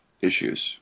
issues